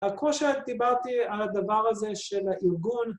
‫כמו שדיברתי על הדבר הזה של הארגון,